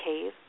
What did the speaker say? Cave